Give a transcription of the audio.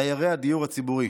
דיירי הדיור הציבורי.